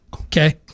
okay